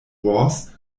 wars